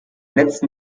letzten